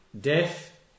death